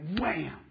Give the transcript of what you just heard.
wham